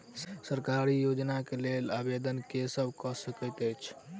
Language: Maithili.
सरकारी योजना केँ लेल आवेदन केँ सब कऽ सकैत अछि?